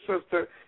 sister